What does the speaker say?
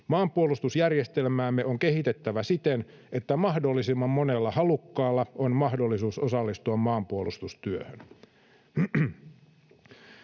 Maanpuolustusjärjestelmäämme on kehitettävä siten, että mahdollisimman monella halukkaalla on mahdollisuus osallistua maanpuolustustyöhön.